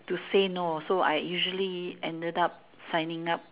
to say no so I usually ended up signing up